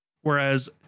Whereas